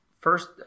first